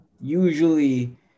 usually